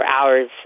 hours